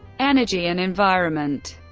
energy and environment